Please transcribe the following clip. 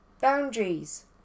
boundaries